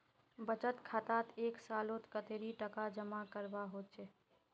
बचत खातात एक सालोत कतेरी टका जमा करवा होचए?